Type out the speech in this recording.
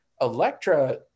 Electra